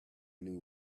knew